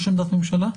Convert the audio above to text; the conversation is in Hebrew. יש עמדת ממשלה?